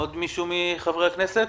גיא,